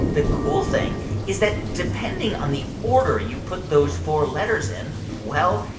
the cool thing is that depending on the order you put those four letters in, well,